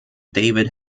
david